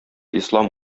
ислам